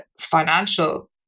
financial